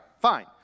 fine